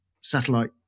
satellite